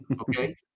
Okay